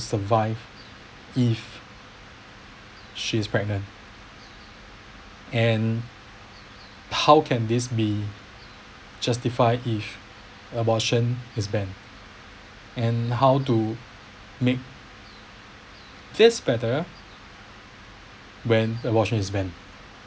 survive if she is pregnant and how can this be justify if abortion is banned and how to make this better when abortion is banned